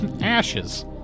Ashes